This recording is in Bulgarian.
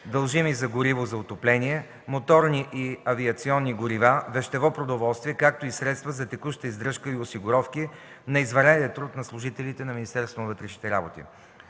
дължими за гориво за отопление, моторни и авиационни горива, вещево продоволствие, както и средства за текуща издръжка и осигуровки за извънреден труд на служителите на